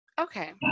Okay